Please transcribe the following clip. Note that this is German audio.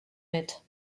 mit